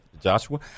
Joshua